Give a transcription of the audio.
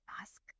ask